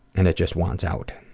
and it just wants out.